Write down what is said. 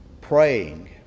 praying